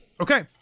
Okay